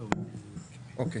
אוקיי.